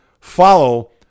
follow